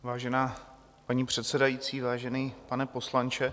Vážená paní předsedající, vážený pane poslanče.